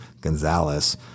Gonzalez